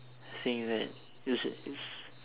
saying that is just is